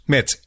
Met